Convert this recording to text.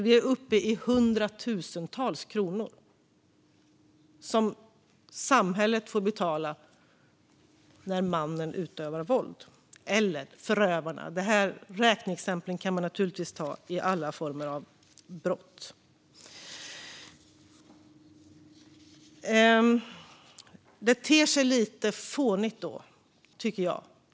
Vi är uppe i hundratusentals kronor, som samhället får betala när mannen, eller förövaren, utövar våld. Dessa räkneexempel kan man naturligtvis använda när det gäller alla former av brott.